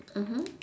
mmhmm